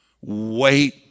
wait